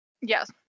Yes